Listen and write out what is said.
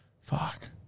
Fuck